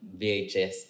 VHS